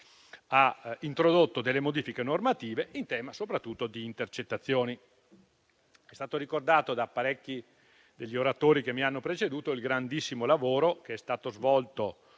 ha introdotto delle modifiche normative in tema soprattutto di intercettazioni. È stato ricordato da parecchi degli oratori che mi hanno preceduto il grandissimo lavoro che è stato svolto